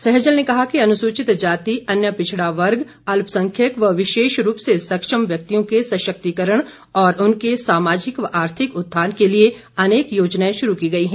सहजल ने कहा कि अनुसूचित जाति अन्य पिछड़ा वर्ग अल्पसंख्यक व विशेष रूप से सक्षम व्यक्तियों के सशक्तिकरण और उनके सामाजिक व आर्थिक उत्थान के लिए अनेक योजनाएं शुरू की गई हैं